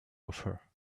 offer